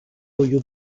oyu